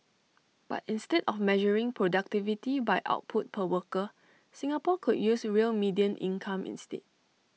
but instead of measuring productivity by output per worker Singapore could use real median income instead